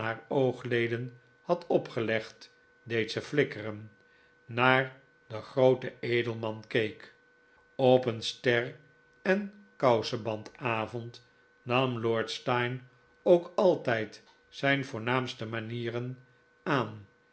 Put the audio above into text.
oogleden had opgelegd deed ze flikkeren naar den grooten edelman keek op een ster en kouseband avond nam lord steyne ook altijd zijn voornaamste manieren aan